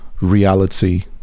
reality